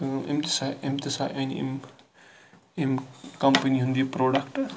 أمۍ تہِ ہسا أمۍ تہِ ہسا أنۍ یِم امہ کَمپنی ہُنٛد یہِ پروڈَکٹ